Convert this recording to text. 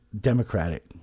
Democratic